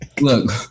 Look